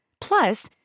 Plus